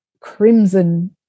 crimson